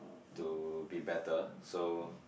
to be better so